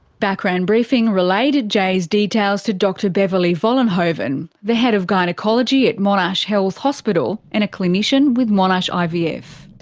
background briefing relayed jay's details to dr beverley vollenhoven, the head of gynaecology at monash health hospital, and a clinician with monash ivf.